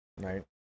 Right